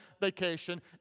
vacation